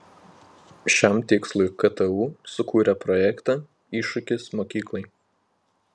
šiam tikslui ktu sukūrė projektą iššūkis mokyklai